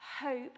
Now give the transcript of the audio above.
hope